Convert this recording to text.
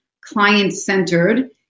client-centered